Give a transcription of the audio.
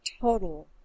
total